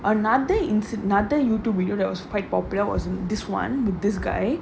another incident another YouTube video that was quite popular was this [one] with this guy